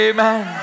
Amen